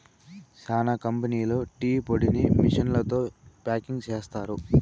చానా కంపెనీలు టీ పొడిని మిషన్లతో ప్యాకింగ్ చేస్తారు